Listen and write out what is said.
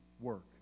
work